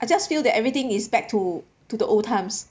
I just feel that everything is back to to the old times